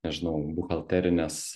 nežinau buhalterinės